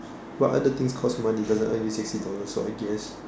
what other things cost money doesn't earn you sixty dollars so I guess